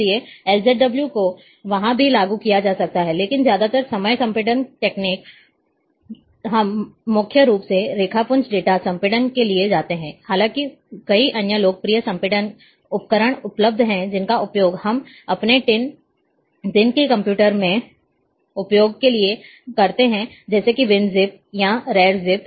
इसलिए LZW को वहां भी लागू किया जा सकता है लेकिन ज्यादातर समय संपीड़न तकनीक हम मुख्य रूप से रेखापुंज डेटा संपीड़न के लिए जाते हैं हालाँकि कई अन्य लोकप्रिय संपीड़न उपकरण उपलब्ध हैं जिनका उपयोग हम अपने दिन में कंप्यूटर के दिन के उपयोग के लिए करते हैं जैसे कि winzip या rarzip